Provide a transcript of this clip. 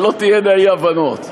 שלא תהיינה אי-הבנות.